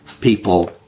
people